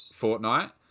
Fortnite